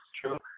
true